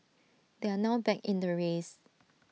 they are now back in the race